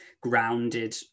grounded